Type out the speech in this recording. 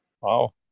Wow